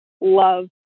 love